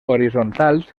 horitzontals